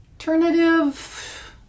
alternative